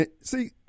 See